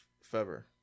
fever